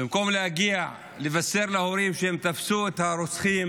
ובמקום להגיע ולבשר להורים שהם תפסו את הרוצחים